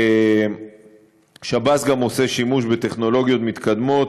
שב"ס גם עושה שימוש בטכנולוגיות מתקדמות,